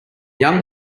young